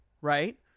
right